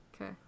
Okay